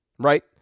right